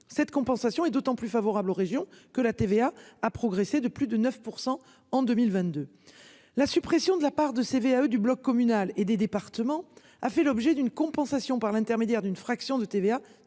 cette compensation est d'autant plus favorable aux régions que la TVA a progressé de plus de 9% en 2022. La suppression de la part de CVAE du bloc communal et des départements a fait l'objet d'une compensation par l'intermédiaire d'une fraction de TVA